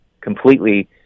completely